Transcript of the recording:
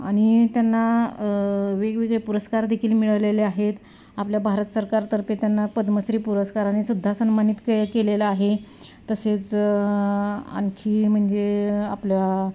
आणि त्यांना वेगवेगळे पुरस्कार देखील मिळालेले आहेत आपल्या भारत सरकारतर्फे त्यांना पद्मश्री पुरस्काराने सुद्धा सन्मानित के केलेलं आहे तसेच आणखी म्हणजे आपलं